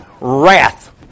wrath